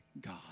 God